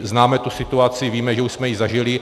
Známe tu situaci, víme, že už jsme ji zažili.